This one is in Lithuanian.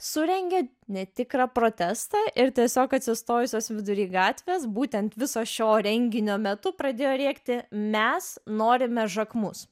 surengė netikrą protestą ir tiesiog atsistojusios vidury gatvės būtent viso šio renginio metu pradėjo rėkti mes norime žakmus